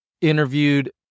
interviewed